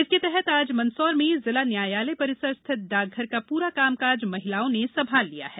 इसके तहत आज मंदसौर में जिला न्यायालय परिसर स्थित डाकघर का पूरा कामकाज महिलाओं ने संभाल लिया है